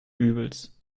übels